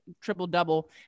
triple-double